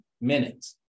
minutes